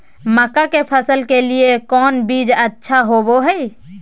मक्का के फसल के लिए कौन बीज अच्छा होबो हाय?